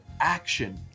action